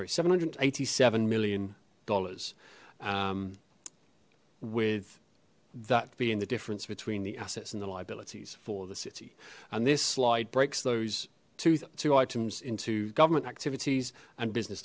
thousand seven hundred and eighty seven million dollars with that being the difference between the assets and the liabilities for the city and this slide breaks those two items into government activities and business